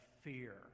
fear